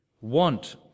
want